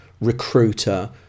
recruiter